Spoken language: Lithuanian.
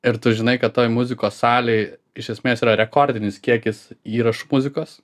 ir tu žinai kad toj muzikos salėj iš esmės yra rekordinis kiekis įrašų muzikos